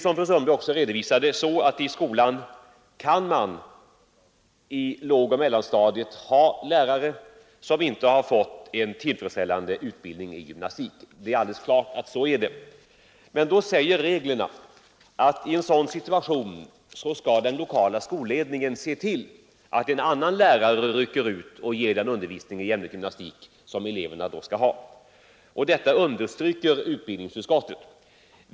Som fru Sundberg redovisade kan man på lågoch mellanstadiet ha lärare som inte har fått en tillfredsställande utbildning i gymnastik. Reglerna säger att den lokala skolledningen i en sådan situation skall se till att annan lärare rycker ut och ger den undervisning i ämnet gymnastik som eleverna skall ha. Detta understryker utbildningsutskottet.